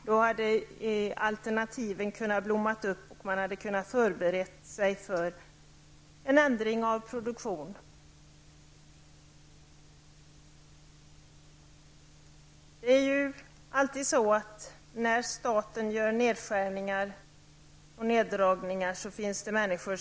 Då hade alternativen kunnat blomma upp, och man hade kunnat förbereda sig för en ändring av produktionen. När staten gör nedskärningar och neddragningar drabbas alltid människor.